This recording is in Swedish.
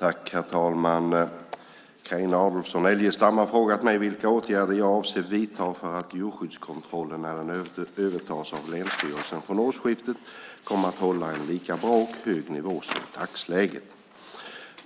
Herr talman! Carina Adolfsson Elgestam har frågat mig vilka åtgärder jag avser att vidta för att djurskyddskontrollen när den övertas av länsstyrelsen från årsskiftet kommer att hålla en lika bra och hög nivå som i dagsläget.